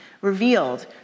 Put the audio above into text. revealed